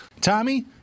Tommy